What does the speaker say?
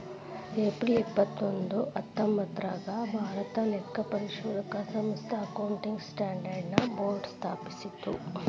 April ಇಪ್ಪತ್ತೊಂದು ಹತ್ತೊಂಭತ್ತ್ನೂರಾಗ್ ಭಾರತಾ ಲೆಕ್ಕಪರಿಶೋಧಕ ಸಂಸ್ಥಾ ಅಕೌಂಟಿಂಗ್ ಸ್ಟ್ಯಾಂಡರ್ಡ್ ನ ಬೋರ್ಡ್ ಸ್ಥಾಪಿಸ್ತು